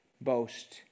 boast